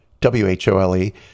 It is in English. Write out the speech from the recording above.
W-H-O-L-E